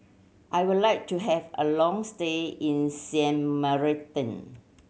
I would like to have a long stay in Sint Maarten